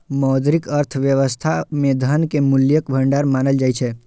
मौद्रिक अर्थव्यवस्था मे धन कें मूल्यक भंडार मानल जाइ छै